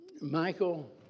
Michael